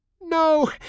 No